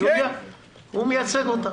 הוא מייצג אותם,